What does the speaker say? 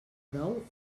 brou